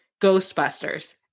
Ghostbusters